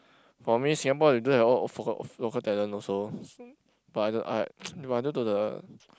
for me Singapore they don't have a lot of local talent also but I d~ I new to the